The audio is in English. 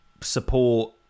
support